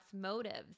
motives